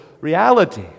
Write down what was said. reality